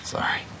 Sorry